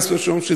חס ושלום,